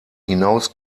hinaus